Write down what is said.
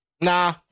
Nah